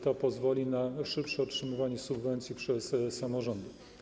To pozwoli na szybsze otrzymywanie subwencji przez samorządy.